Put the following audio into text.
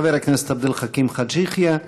חבר הכנסת עבד אל חכים חאג' יחיא,